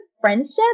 friendship